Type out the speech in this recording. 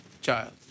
child